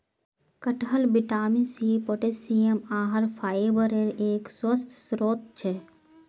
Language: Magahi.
कटहल विटामिन सी, पोटेशियम, आहार फाइबरेर एक स्वस्थ स्रोत छे